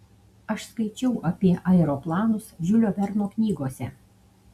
aš skaičiau apie aeroplanus žiulio verno knygose